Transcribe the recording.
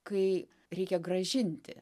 kai reikia grąžinti